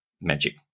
magic